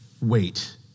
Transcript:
Wait